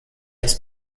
ist